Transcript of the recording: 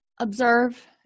Observe